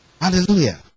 Hallelujah